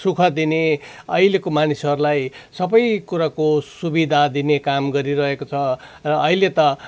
सुख दिने अहिलेको मानिसहरूलाई सबै कुराको सुविधा दिने काम गरिरहेको छ र अहिले त